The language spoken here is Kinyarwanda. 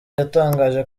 yatangaje